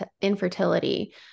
infertility